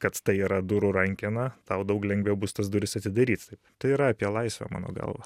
kad tai yra durų rankena tau daug lengviau bus tas duris atidaryt tai tai yra apie laisvę mano galva